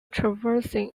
traversing